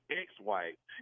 ex-wife